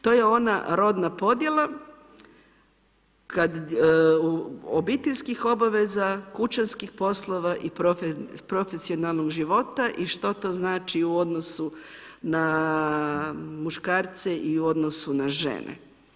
To je ona rodna podjela obiteljskih obaveza, kućanskih poslova i profesionalnog života i što to znači u odnosu na muškarce i u odnosu na žene.